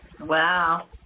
Wow